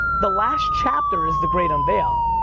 the last chapter is the great unveil.